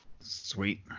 Sweet